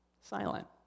silent